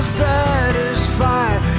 satisfied